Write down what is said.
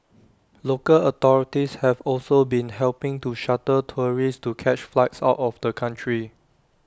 local authorities have also been helping to shuttle tourists to catch flights out of the country